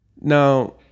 Now